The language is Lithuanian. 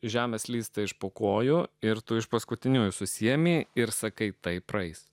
žemė slysta iš po kojų ir tu iš paskutiniųjų susiėmė ir sakai tai praeis